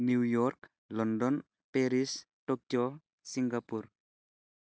New York London Paris Tokyo Singapore